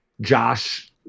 josh